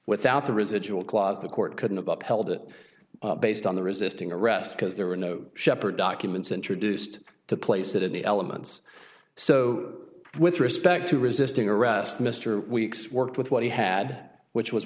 without the residual clause the court couldn't up held it based on the resisting arrest because there were no shephard documents introduced to place it in the elements so with respect to resisting arrest mr weeks worked with what he had which was